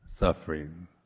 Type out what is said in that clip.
suffering